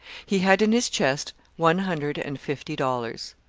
he had in his chest one hundred and fifty dollars.